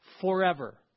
forever